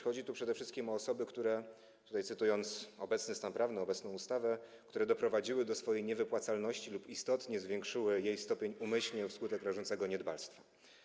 Chodzi tu przede wszystkim o osoby, cytując obecny stan prawny, obecną ustawę: które doprowadziły do swojej niewypłacalności lub istotnie zwiększyły jej stopień umyślnie, wskutek rażącego niedbalstwa.